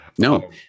No